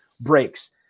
breaks